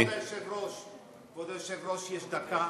כבוד היושב-ראש, יש דקה.